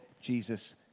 Jesus